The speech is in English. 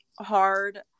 hard